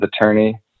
attorney